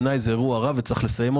בעיניי זה אירוע רע ויש לסיימו.